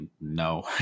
no